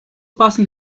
passing